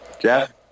Jeff